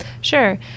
sure